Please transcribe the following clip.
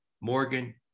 Morgan